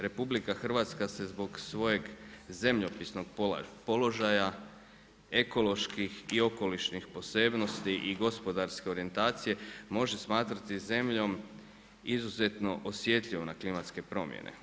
RH se zbog svog zemljopisnog položaja, ekoloških i okolišnih posebnosti i gospodarske orijentacije može smatrati zemljom izuzetno osjetljivom na klimatske promjene.